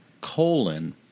colon